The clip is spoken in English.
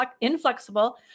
inflexible